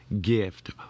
Gift